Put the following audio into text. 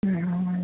ਜੀ ਹਾਂ